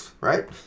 right